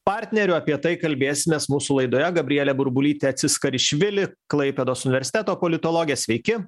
partnerių apie tai kalbėsimės mūsų laidoje gabrielė burbulytė ciskaršvili klaipėdos universiteto politologė sveiki